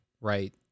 right